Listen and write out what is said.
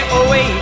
away